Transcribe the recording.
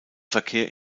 verkehr